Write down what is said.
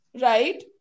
Right